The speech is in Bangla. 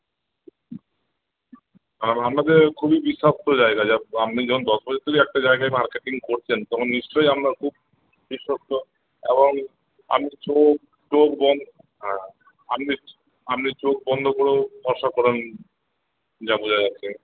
আর আপনাদের খুবই বিশ্বস্ত জায়গা যা আমনি যখন দশ বছর ধরে একটা জায়গায় মার্কেটিং করছেন তখন নিশ্চয়ই আপনার খুব বিশ্বস্ত এবং আপনি চোখ টোখ বন্ধ হ্যাঁ আপনি আপনি চোখ বন্ধ করেও ভরসা করে নিন যা বোঝা যাচ্ছে